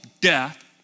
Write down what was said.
death